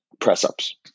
press-ups